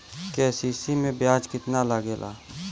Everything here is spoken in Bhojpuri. के.सी.सी में ब्याज कितना लागेला?